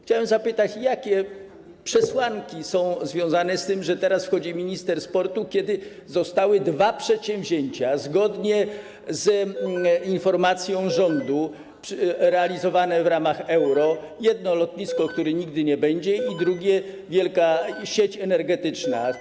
Chciałem zapytać, jakie przesłanki są związane z tym, że teraz wchodzi minister sportu, kiedy zostały dwa przedsięwzięcia, zgodnie z informacją rządu, realizowane w ramach Euro, jedno lotnisko, którego nigdy nie będzie, i drugie - wielka sieć energetyczna.